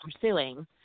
pursuing